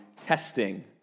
testing